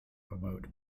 promote